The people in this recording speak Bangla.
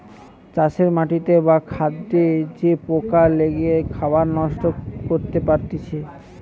চাষের মাটিতে বা খাদ্যে যে পোকা লেগে খাবার নষ্ট করতে পারতিছে